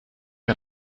had